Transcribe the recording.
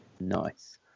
Nice